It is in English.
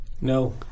No